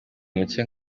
muke